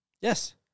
Yes